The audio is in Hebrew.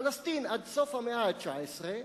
פלסטין, עד סוף המאה ה-19,